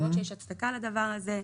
להראות שיש הצדקה לדבר הזה.